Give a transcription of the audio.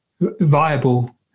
viable